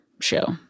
show